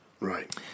Right